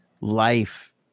life